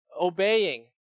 obeying